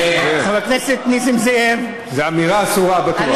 חבר הכנסת נסים זאב, זו אמירה אסורה בטוח.